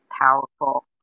powerful